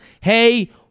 hey